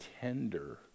tender